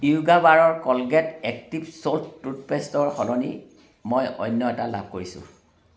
য়োগা বাৰৰ Colgate Active Salt টুথপেষ্টৰ সলনি মই অন্য এটা লাভ কৰিছোঁ